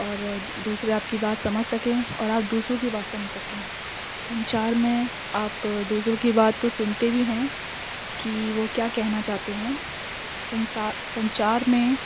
اور دوسرے آپ کی بات سمجھ سکیں اور آپ دوسروں کی بات سمجھ سکیں سنچار میں آپ دوسروں کی بات تو سنتے بھی ہیں کہ وہ کیا کہنا چاتے ہیں سنسا سنچار میں